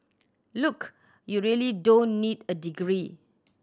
look you really don't need a degree